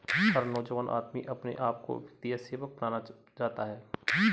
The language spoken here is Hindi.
हर नौजवान आदमी अपने आप को वित्तीय सेवक बनाना चाहता है